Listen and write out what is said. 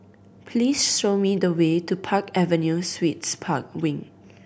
please show me the way to Park Avenue Suites Park Wing